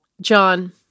John